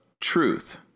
Truth